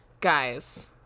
Guys